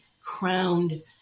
crowned